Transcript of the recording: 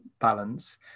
balance